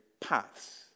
paths